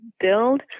build